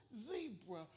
zebra